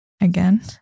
again